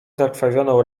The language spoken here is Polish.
zakrwawioną